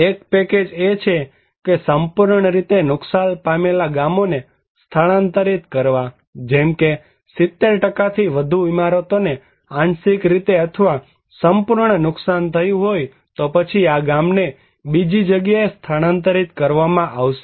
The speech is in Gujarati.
એક પેકેજ એ છે કે સંપૂર્ણ રીતે નુકસાન પામેલા ગામોને સ્થાનાંતરિત કરવા જેમ કે જો 70 થી વધુ ઇમારતોને આંશિક રીતે અથવા સંપૂર્ણ નુકસાન થયું હોય તો પછી આ ગામને બીજી જગ્યાએ સ્થાનાંતરિત કરવામાં આવશે